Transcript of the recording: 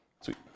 Sweet